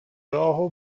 راه